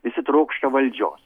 visi trokšta valdžios